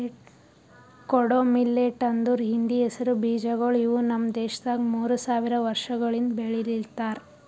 ಕೊಡೋ ಮಿಲ್ಲೆಟ್ ಅಂದುರ್ ಹಿಂದಿ ಹೆಸರು ಬೀಜಗೊಳ್ ಇವು ನಮ್ ದೇಶದಾಗ್ ಮೂರು ಸಾವಿರ ವರ್ಷಗೊಳಿಂದ್ ಬೆಳಿಲಿತ್ತಾರ್